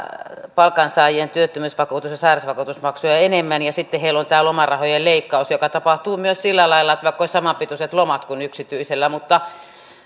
palkansaajien työttömyysvakuutus ja sairausvakuutusmaksuja enemmän ja sitten heillä on tämä lomarahojen leikkaus joka tapahtuu myös sillä lailla vaikka olisi samanpituiset lomat kuin yksityisellä mutta